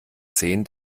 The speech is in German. sehen